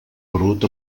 brut